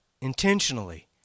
intentionally